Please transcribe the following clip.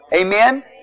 Amen